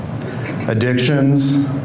addictions